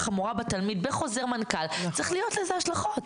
חמורה בתלמיד בחוזר מנכ"ל - צריך להיות לזה השלכות.